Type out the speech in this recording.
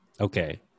okay